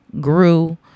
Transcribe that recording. grew